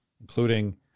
including